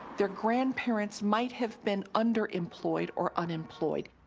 their grandparents might have been underemployed or unemployed.